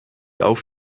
auf